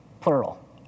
plural